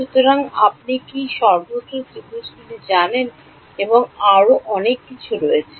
সুতরাং আপনি কি সর্বত্র ত্রিভুজগুলি জানেন এবং আরও অনেক কিছু রয়েছে